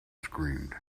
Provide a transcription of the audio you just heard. screamed